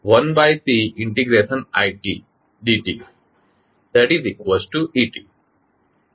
તેથી આપણે RitLdidt1Cidte લખી શકીએ છીએ